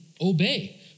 obey